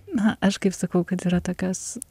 na aš kaip sakau kad yra tokios